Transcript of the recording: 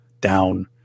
down